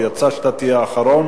ויצא שאתה אחרון.